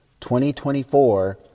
2024